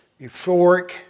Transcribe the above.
euphoric